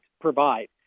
provide